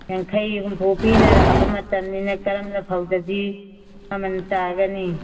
ꯌꯥꯡꯈꯩ ꯍꯨꯝꯐꯨ ꯄꯤꯅꯔꯛꯑꯕ ꯃꯇꯝꯅꯤꯅ ꯀꯔꯝꯅ ꯐꯧꯗꯗꯤ ꯃꯃꯜ ꯇꯥꯒꯅꯤ